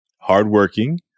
hardworking